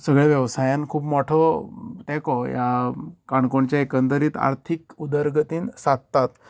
सगळे वेवसायान खूब मोठो तेको ह्या काणकोणचे एकंदरीत आर्थीक उदरगतीत सादतात